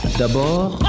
d'abord